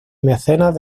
mecenas